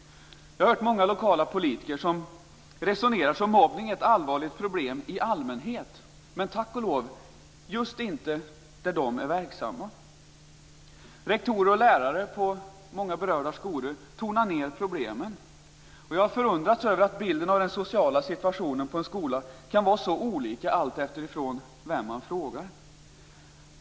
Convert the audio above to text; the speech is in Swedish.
Jag har hört många lokala politiker som resonerar som om mobbning är ett allvarligt problem i allmänhet, men tack och lov inte just där de är verksamma. Rektorer och lärare på många berörda skolor tonar ned problemen. Jag förundras över att bilden av den sociala situationen på en skola kan vara så olika beroende på vem man frågar.